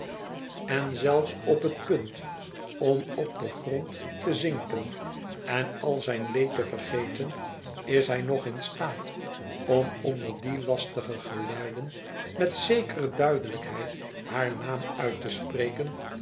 en zelfs op het punt om op den grond te zinken en al zijn leed te vergeten is hij nog in staat om onder die lastige geluiden met zekere duidelijkheid haar naam uit te spreken